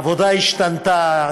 העבודה השתנתה,